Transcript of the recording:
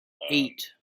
eight